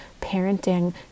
parenting